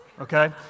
okay